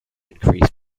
increase